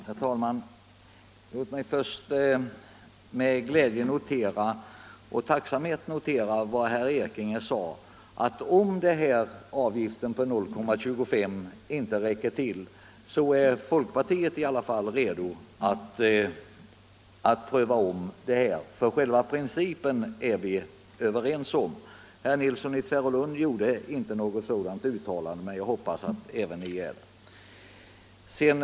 Herr talman! Låt mig först med glädje och tacksamhet notera att herr Ekinge sade att om avgiften på 0,25 96 inte räcker till är i alla fall folkpartiet redo till en omprövning eftersom vi är överens om själva principen. Herr Nilsson i Tvärålund gjorde inte något sådant uttalande, men jag hoppas att även centern har den uppfattningen.